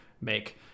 make